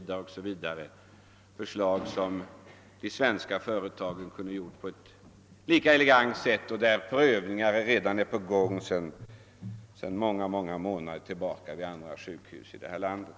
Dessa förslag kunde de svenska företagen ha lämnat på ett lika elegant sätt; man har sedan många månader tillbaka prov i gång vid andra sjukhus här i landet.